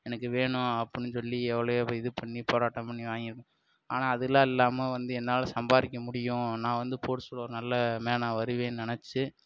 எனக்கு வேணும் அப்புடின் சொல்லி எவ்வளோ எவ இது பண்ணி போராட்டம் பண்ணி வாங்கியிருந் ஆனால் அதலாம் இல்லாமல் வந்து என்னால் சம்பாதிக்க முடியும் நான் வந்து போர்ட்ஸில் ஒரு நல்ல மேனாக வருவேன் நினச்சி